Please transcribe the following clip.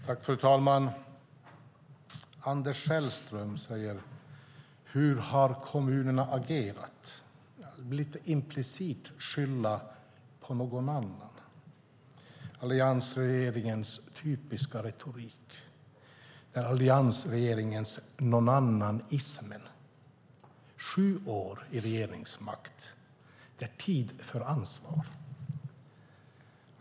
Fru talman! Anders Sellström säger: Hur har kommunerna agerat? Han vill lite implicit skylla på någon annan. Det är Alliansregeringens typiska retorik. Det är Alliansregeringens nånannanism. Sju år i regeringsmakt - det är tid för ansvar.